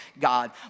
God